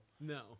No